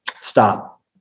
stop